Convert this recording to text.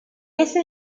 ese